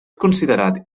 considerat